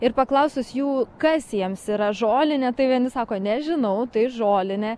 ir paklausus jų kas jiems yra žolinė tai vieni sako nežinau tai žolinė